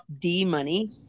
D-Money